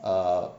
err